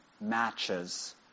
matches